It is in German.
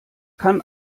kann